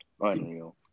Unreal